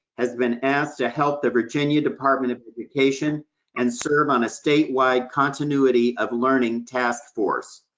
has been asked to help the virginia department of education and serve on a statewide continuity of learning task force.